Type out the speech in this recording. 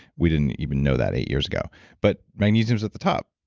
we didn't even know that eight years ago but magnesium is at the top.